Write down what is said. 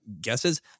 guesses